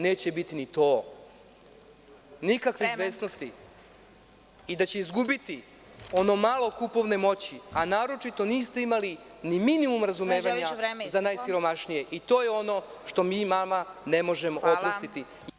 Neće biti ni to…. (Predsedavajuća: Vreme.) … i da će izgubiti ono malo kupovne moći, a naročito niste imali ni minimum razumevanja za najsiromašnije i to je ono što mi vama ne možemo oprostiti.